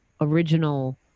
original